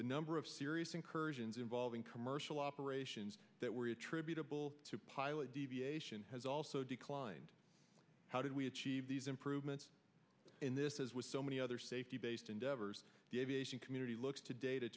the number of serious incursions involving commercial operations that were attributable to pilot deviation has also declined how did we achieve these improvements in this as with so many other safety based endeavors the aviation community looks to da